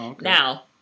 Now